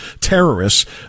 terrorists